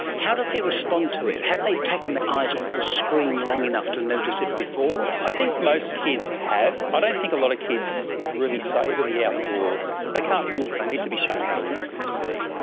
how do they respond to it? have they taken their eyes off the screen long enough to notice it before? i think most kids have. i don't think a lot of kids really savour the outdoors. they can't look, they need to be shown how to look and see.